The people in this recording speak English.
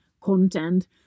content